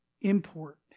import